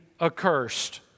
accursed